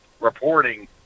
reporting